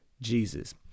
Jesus